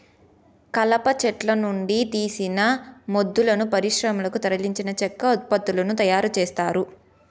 కలప చెట్ల నుండి తీసిన మొద్దులను పరిశ్రమలకు తరలించి చెక్క ఉత్పత్తులను తయారు చేత్తారు